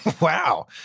Wow